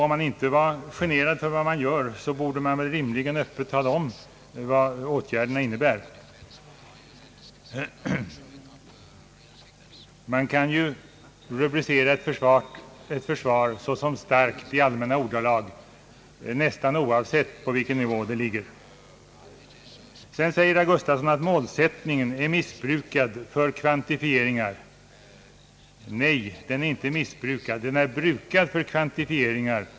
Vore man inte så generad för vad man gör, borde man rimligen öppet tala om vad åtgärderna innebär. Ett försvar kan ju rubriceras såsom starkt i allmänna ordalag, nästan oavsett på vilken nivå det ligger. Herr Gustavsson säger att målsättningen är missbrukad för kvantifieringar. Nej, den är inte missbrukad, den är brukad för kvantifieringar.